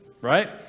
right